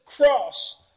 cross